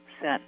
set